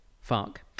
fuck